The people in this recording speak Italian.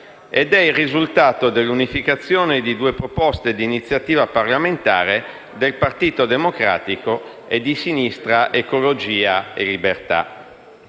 ed è il risultato dell'unificazione di due proposte di iniziativa parlamentare del Partito Democratico e di Sinistra Ecologia e Libertà.